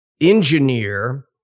engineer